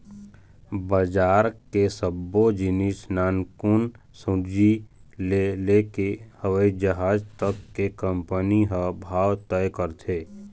बजार के सब्बो जिनिस नानकुन सूजी ले लेके हवई जहाज तक के कंपनी ह भाव तय करथे